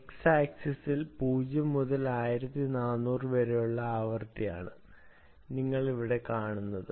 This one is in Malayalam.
X അക്ഷത്തിൽ 0 മുതൽ 1400 വരെയുള്ള ആവൃത്തിയാണ് നിങ്ങൾ ഇവിടെ കാണുന്നത്